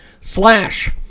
slash